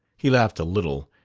he laughed a little,